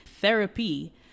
Therapy